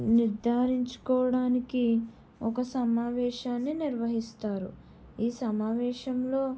నిర్దారించుకోవడానికి ఒక సమావేశాన్ని నిర్వహిస్తారు ఈ సమావేశంలో